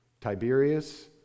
Tiberius